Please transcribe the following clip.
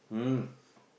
mm